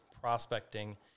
prospecting